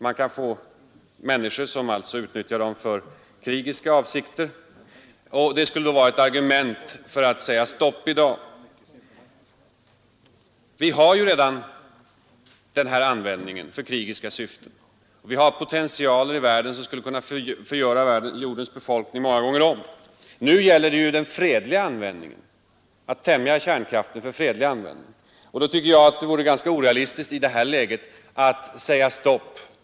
Människor kan komma att utnyttja dem i krigiska avsikter och det skulle vara ett argument för att säga stopp i dag. Men vi har ju redan en användning för krigiska syften. Vi har kärnvapenpotentialer i världen som skulle kunna förgöra jordens befolkning flera gånger om. Nu gäller det i stället den fredliga användningen, att tämja kärnkraften för fredliga ändamål. I detta läge tycker jag att det vore ganska orealistiskt att säga stopp.